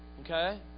Okay